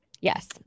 Yes